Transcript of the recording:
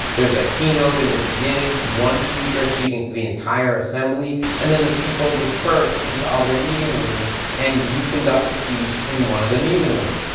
there's a keynote in the beginning, one speaker speaking to the entire assembly and then they people disperse into other meeting rooms and you conduct a speech in one of the meeting rooms.